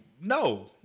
no